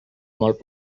molt